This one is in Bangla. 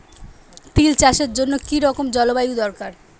তিল চাষের জন্য কি রকম জলবায়ু দরকার?